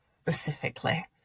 specifically